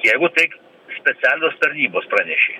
jeigu taip specialios tarnybos pranešė